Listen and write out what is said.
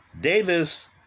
Davis